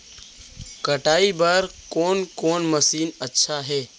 कटाई बर कोन कोन मशीन अच्छा हे?